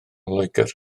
loegr